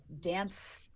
dance